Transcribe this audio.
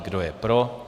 Kdo je pro?